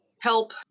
help